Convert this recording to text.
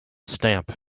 stamp